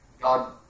God